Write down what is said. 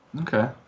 Okay